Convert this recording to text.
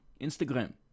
instagram